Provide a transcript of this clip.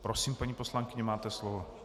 Prosím, paní poslankyně, máte slovo.